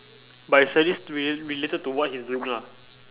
but it's at least rela~ related to what he's doing lah